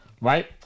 Right